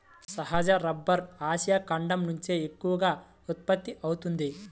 సహజ rubber Asia ఖండం నుంచే ఎక్కువగా ఉత్పత్తి అవుతోంది